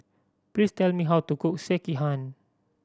please tell me how to cook Sekihan